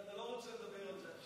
אתה לא רוצה לדבר על זה עכשיו.